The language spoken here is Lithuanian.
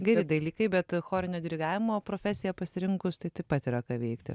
geri dalykai bet chorinio dirigavimo profesiją pasirinkus tai taip pat yra ką veikti